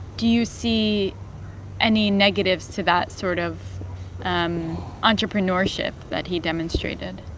do you see any negatives to that sort of entrepreneurship that he demonstrated?